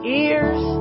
ears